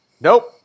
Nope